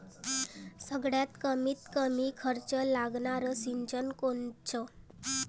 सगळ्यात कमीत कमी खर्च लागनारं सिंचन कोनचं?